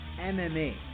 MMA